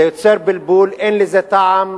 זה יוצר בלבול, אין לזה טעם,